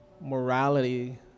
morality